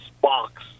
box